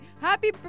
happy